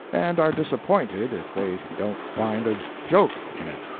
and are disappointed if they don't find a joke in it.